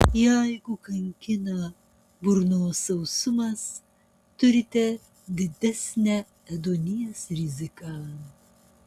jeigu kankina burnos sausumas turite didesnę ėduonies riziką